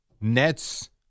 Nets